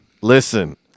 Listen